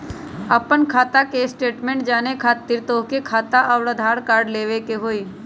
आपन खाता के स्टेटमेंट जाने खातिर तोहके खाता अऊर आधार कार्ड लबे के होइ?